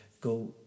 go